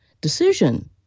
decision